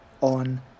on